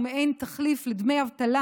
שהוא מעין תחליף לדמי אבטלה